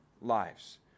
lives